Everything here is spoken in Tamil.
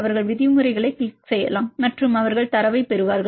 அவர்கள் விதிமுறைகளை கிளிக் செய்யலாம் மற்றும் அவர்கள் தரவைப் பெறுவார்கள்